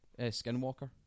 Skinwalker